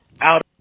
out